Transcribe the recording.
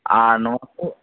ᱟᱨ ᱱᱚᱣᱟ ᱠᱚ